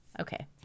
Okay